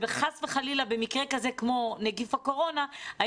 שחס וחלילה במקרה כזה כמו נגיף הקורונה,